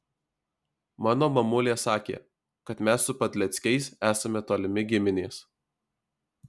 mano mamulė sakė kad mes su padleckiais esame tolimi giminės